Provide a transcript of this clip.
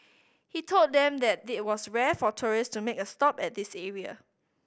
he told them that it was rare for tourist to make a stop at this area